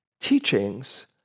teachings